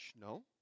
No